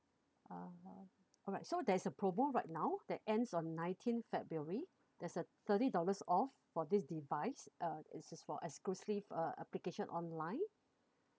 uh alright so there's a promo right now that ends on nineteen february there's a thirty dollars off for this device uh it's just for exclusive uh application online